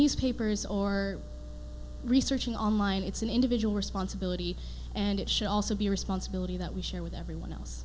news papers or researching online it's an individual responsibility and it should also be a responsibility that we share with everyone else